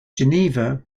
geneva